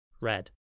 Red